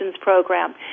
program